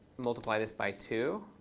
multiply this by two,